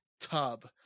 tub